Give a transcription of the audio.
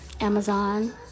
Amazon